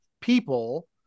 people